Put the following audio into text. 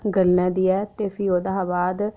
गल्न देऐ ते फ्ही ओह्दे बाद